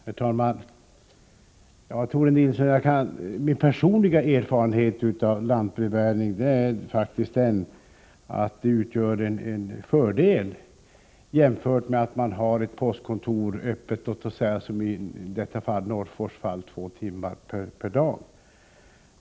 Herr talman! Jag vill säga till Tore Nilsson att min personliga erfarenhet av lantbrevbäring faktiskt är att den är till fördel jämfört med ett postkontor, vilket — såsom är fallet Norrfors — är öppet två timmar per dag.